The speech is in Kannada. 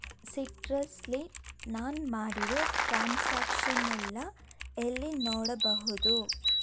ಸಿಟ್ರಸಲ್ಲಿ ನಾನು ಮಾಡಿರೋ ಟ್ರಾನ್ಸಾಕ್ಷನ್ ಎಲ್ಲ ಎಲ್ಲಿ ನೋಡಬಹುದು